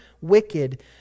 wicked